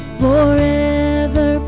forever